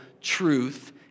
truth